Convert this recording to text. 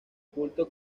culto